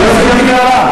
אני לא סיימתי את ההערה.